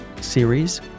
series